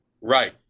Right